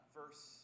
verse